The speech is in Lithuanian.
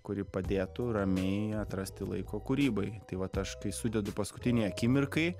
kuri padėtų ramiai atrasti laiko kūrybai tai vat aš kai sudedu paskutinei akimirkai